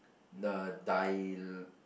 the dil~